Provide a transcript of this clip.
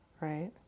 right